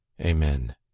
Amen